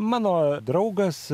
mano draugas